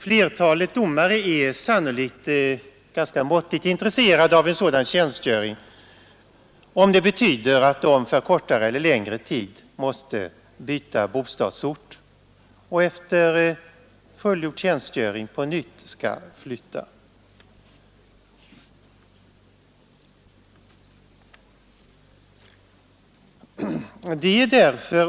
Flertalet domare är sannolikt ganska måttligt intresserade av en sådan tjänstgöring, om det betyder att de för kortare eller längre tid måste byta bostadsort och efter fullgjord tjänstgöring på nytt skall flytta.